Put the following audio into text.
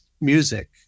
music